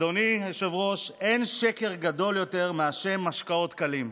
אדוני היושב-ראש: אין שקר גדול יותר מאשר משקאות קלים.